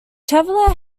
chevalier